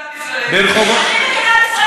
אני מגִינה על מדינת ישראל יותר ממך.